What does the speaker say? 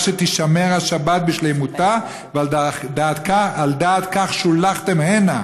שתישמר השבת בשלמותה ועל דעת כך שולחתם הנה.